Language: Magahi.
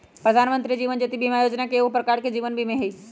प्रधानमंत्री जीवन ज्योति बीमा जोजना एगो प्रकार के जीवन बीमें हइ